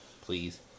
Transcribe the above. please